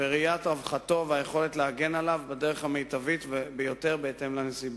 ראיית רווחתו והיכולת להגן עליו בדרך המיטבית בהתאם לנסיבות.